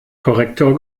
korrektor